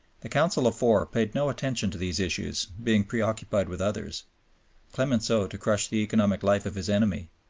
the council of four paid no attention to these issues, being preoccupied with others clemenceau to crush the economic life of his enemy,